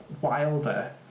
wilder